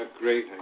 Great